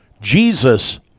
Jesus